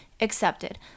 accepted